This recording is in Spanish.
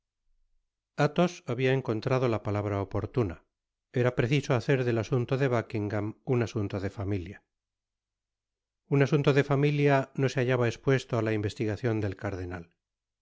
habia encontrado la palabra oportuna era preciso hacer del asunto de buckingam un asunto de familia un asunto de familia no se hallaba espuesio á la investigacion del cardenal